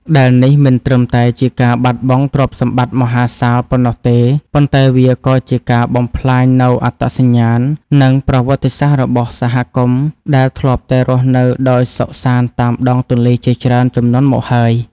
ដែលនេះមិនត្រឹមតែជាការបាត់បង់ទ្រព្យសម្បត្តិមហាសាលប៉ុណ្ណោះទេ ប៉ុន្តែវាក៏ជាការបំផ្លាញនូវអត្តសញ្ញាណ និងប្រវត្តិសាស្ត្ររបស់សហគមន៍ដែលធ្លាប់តែរស់នៅដោយសុខសាន្តតាមដងទន្លេជាច្រើនជំនាន់មកហើយ។